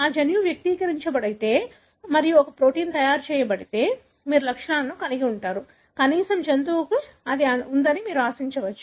ఆ జన్యువు వ్యక్తీకరించబడితే మరియు ఒక ప్రోటీన్ తయారు చేయబడితే మీరు లక్షణాలను కలిగి ఉంటారు కనీసం జంతువుకు అది ఉందని మీరు ఆశించవచ్చు